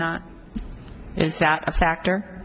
not is that a factor